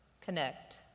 connect